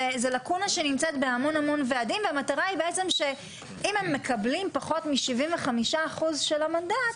זו לקונה שנמצאת בהרבה ועדים והמטרה שאם הם מקבלים פחות מ-75% של המנדט,